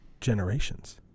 generations